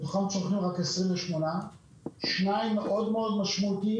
מתוכם --- רק 28. שניים מאוד משמעותיים